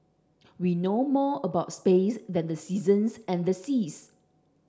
we know more about space than the seasons and the seas